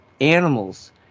animals